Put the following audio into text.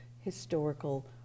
historical